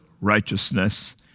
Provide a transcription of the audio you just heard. righteousness